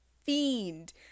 fiend